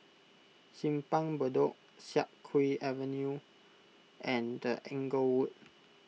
Simpang Bedok Siak Kew Avenue and Inglewood